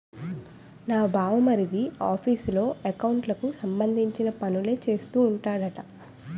నా బావమరిది ఆఫీసులో ఎకౌంట్లకు సంబంధించిన పనులే చేస్తూ ఉంటాడట